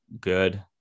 good